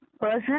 person